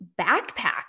backpack